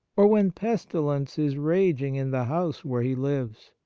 or when pestilence is raging in the house where he lives.